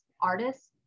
artists